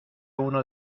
uno